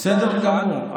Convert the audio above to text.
בסדר גמור.